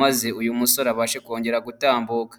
maze uyu musore abashe kongera gutambuka.